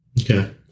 Okay